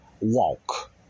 walk